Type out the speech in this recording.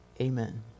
Amen